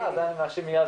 הישיבה ננעלה